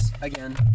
again